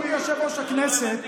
אדוני יושב-ראש הישיבה,